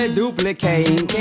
duplicating